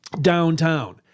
downtown